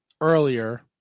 earlier